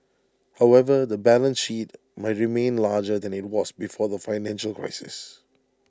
however the balance sheet might remain larger than IT was before the financial crisis